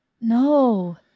no